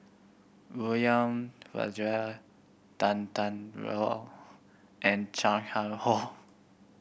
William Farquhar Tan Tarn How and Chan Chang How